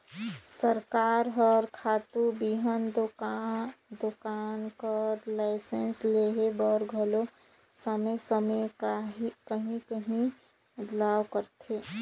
सरकार हर खातू बीहन दोकान कर लाइसेंस लेहे बर घलो समे समे में काहीं काहीं बदलाव करत रहथे